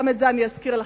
גם את זה אני אזכיר לכם,